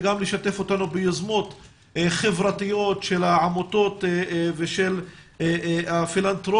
וגם לשתף אותנו ביוזמות חברתיות של העמותות ושל הפילנתרופיה